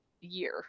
year